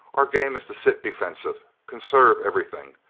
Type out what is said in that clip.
our game is to sit defensive. conserve everything.